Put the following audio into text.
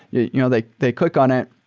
you know they they click on it.